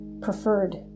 preferred